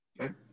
Okay